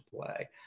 play